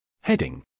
Heading